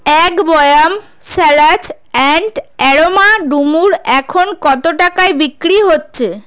এক বয়াম স্যালায অ্যান্ড অ্যারোমা ডুমুর এখন কত টাকায় বিক্রি হচ্ছে